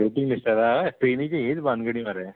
rating mister हय ट्रेनीची ही बानगडी मरे